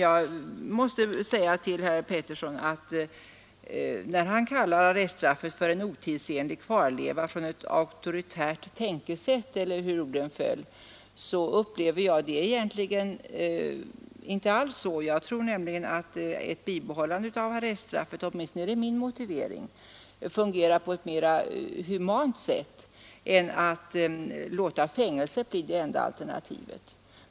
Herr Alf Pettersson kallar arreststraffet för en otidsenlig kvarleva från ett auktoritärt tänkesätt, eller hur orden föll. Så upplever jag det inte alls; min motivering är tvärtom att ett bibehållande av arreststraffet fungerar mera humant än om man låter fängelset bli det enda alternativet.